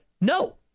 No